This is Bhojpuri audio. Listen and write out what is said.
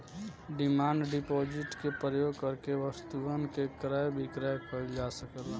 डिमांड डिपॉजिट के प्रयोग करके वस्तुअन के क्रय विक्रय कईल जा सकेला